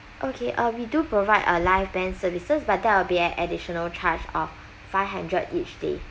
okay uh we do provide uh live band services but that will be an additional charge of five hundred each day